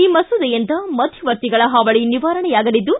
ಈ ಮಸೂದೆಯಿಂದ ಮಧ್ಯವರ್ತಿಗಳ ಹಾವಳಿ ನಿವಾರಣೆಯಾಗಲಿದ್ದು